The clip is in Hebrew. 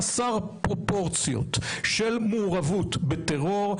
חסר פרופורציות של מעורבות בטרור,